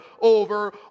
over